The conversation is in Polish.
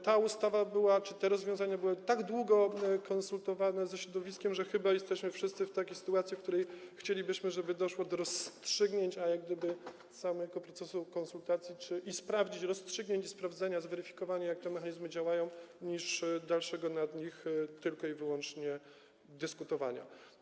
Ta ustawa była czy te rozwiązania były tak długo konsultowane ze środowiskiem, że chyba jesteśmy wszyscy w takiej sytuacji, w której chcielibyśmy, żeby doszło do rozstrzygnięć, jak gdyby do samego procesu konsultacji, do rozstrzygnięć i sprawdzenia, zweryfikowania, jak te mechanizmy działają, niż do dalszego nad nimi tylko i wyłącznie dyskutowania.